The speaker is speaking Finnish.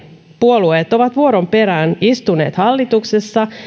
puolueet ovat vuoron perään istuneet hallituksessa